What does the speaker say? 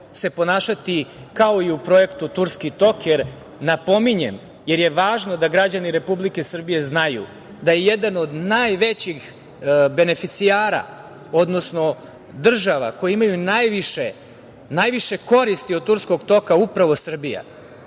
se ponašati kao i u projektu "Turski tok", jer je važno da građani Republike Srbije znaju da je jedan od najvećih beneficijara, odnosno država koji imaju najviše koristi od "Turskog toka" upravo Srbija,